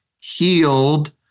healed